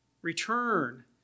Return